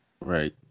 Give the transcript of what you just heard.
Right